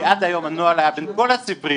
כי עד היום הנוהל היה בין כל הספריות,